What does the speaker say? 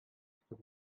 өстәп